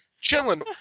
chilling